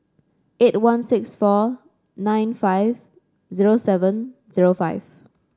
eight one six four nine five zero seven zero five